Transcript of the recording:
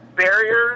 Barriers